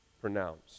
pronounced